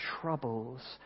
troubles